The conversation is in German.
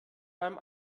beim